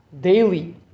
daily